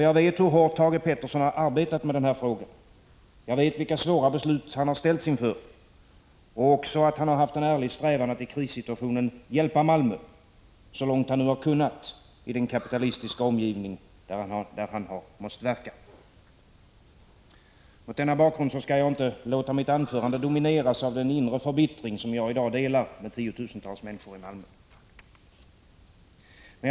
Jag vet hur hårt Thage Peterson har arbetat med denna fråga, vilka svåra beslut han har ställts inför och att han har haft en ärlig strävan att i krissituationen hjälpa Malmö, så långt han nu har kunnat i den kapitalistiska omgivning där han har måst verka. Mot denna bakgrund skall jag inte låta mitt anförande domineras av den inre förbittring som jag i dag delar med tiotusentals människor i Malmö.